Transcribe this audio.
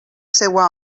seua